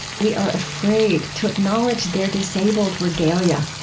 we are afraid to acknowledge their disabled regalia,